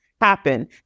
happen